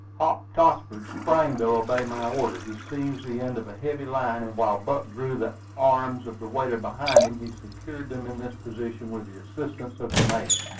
hop tossford sprang to obey my order. he seized the end of a heave-line, and while buck drew the arms of the waiter behind him, he secured them in this position with the assistance of the mate.